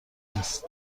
است